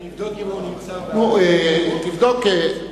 הוא הלך להתפלל.